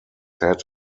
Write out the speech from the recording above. had